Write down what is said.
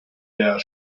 der